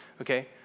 Okay